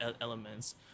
elements